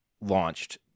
launched